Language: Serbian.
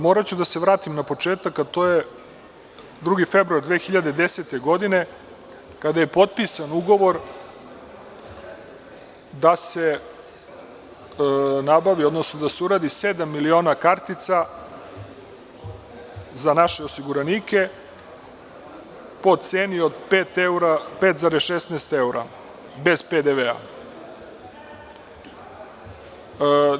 Moraću da se vratim na početak, a to je 2. februar 2010. godine, kada je potpisan ugovor da se nabavi odnosno da se uradi sedam miliona kartica za naše osiguranike, po ceni od 5,16 evra bez PDV-a.